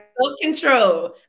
Self-control